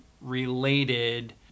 related